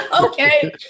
Okay